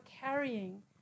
carrying